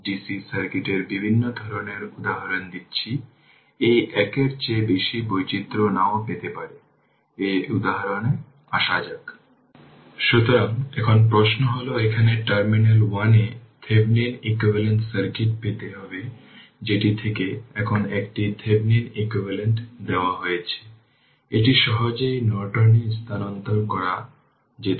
ধরে নিলাম কিছু সোর্স আছে এবং ইন্ডাক্টর এর ইনিশিয়াল কারেন্ট প্যারালেল ভাবে 2টি ইন্ডাক্টর রয়েছে এবং এটি এস্টাবলিশ হয়েছে